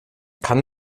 kann